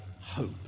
hope